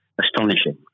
astonishing